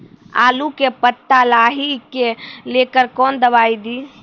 आलू के पत्ता लाही के लेकर कौन दवाई दी?